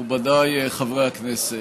מכובדיי חברי הכנסת,